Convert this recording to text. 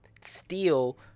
steal